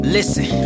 Listen